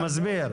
הוא מסביר.